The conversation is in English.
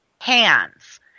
Hands